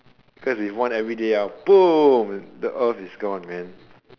cause if one everyday ah boom the earth is gone man